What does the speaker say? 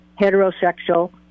heterosexual